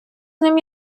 ним